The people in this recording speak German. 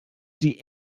die